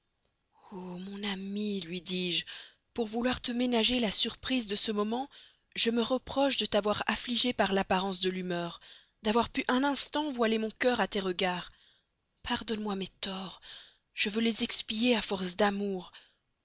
o mon ami lui dis-je pour vouloir te ménager la surprise de ce moment je me reproche de t'avoir affligé par l'apparence de l'humeur d'avoir pu un instant voiler mon cœur à tes regards pardonne-moi mes torts je veux les expier à force d'amour